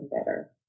better